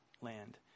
land